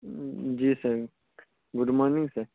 G sir good morning sir